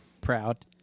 proud